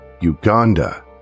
Uganda